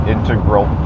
integral